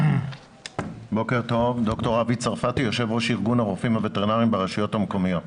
יושב ראש איגוד הרופאים הווטרינריים ברשויות המקומיות.